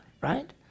right